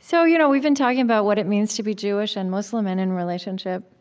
so you know we've been talking about what it means to be jewish and muslim and in relationship,